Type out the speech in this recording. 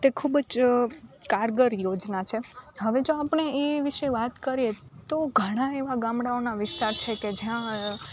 તે ખૂબ જ કારગર યોજના છે હવે જે આપણે એ વિષે વાત કરીએ તો ઘણા એવા ગામડાઓના વિસ્તાર છે કે જ્યાં